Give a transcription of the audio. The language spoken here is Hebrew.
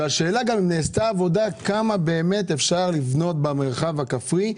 השאלה אם נעשתה עבודה שמראה כמה באמת אפשר לבנות במרחב הכפרי,